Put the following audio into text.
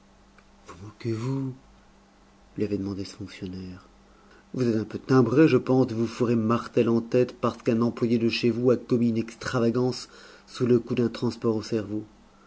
vous moquez-vous lui avait demandé ce fonctionnaire vous êtes un peu timbré je pense de vous fourrer martel en tête parce qu'un employé de chez vous a commis une extravagance sous le coup d'un transport au cerveau